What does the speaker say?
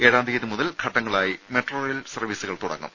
ഏഴാം തീയതി മുതൽ ഘട്ടങ്ങളായി മെട്രോ റെയിൽ സർവ്വീസുകൾ തുടങ്ങും